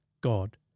God